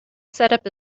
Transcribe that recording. setup